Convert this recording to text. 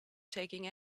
taking